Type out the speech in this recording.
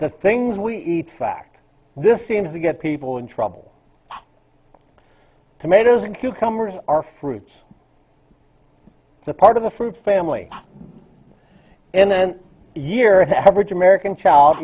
the things we eat fact this seems to get people in trouble tomatoes and cucumbers are fruits it's a part of the fruit family and then your average american child